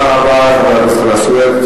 תודה רבה לחבר הכנסת חנא סוייד.